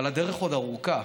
אבל הדרך עוד ארוכה.